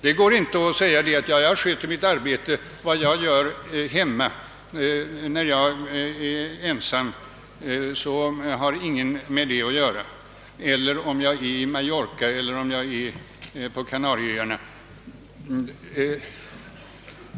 Det går inte att säga att man sköter sitt arbete och att ingen har att göra med vad som sker hemma, på Mallorca eller Kanarieöarna.